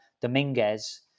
Dominguez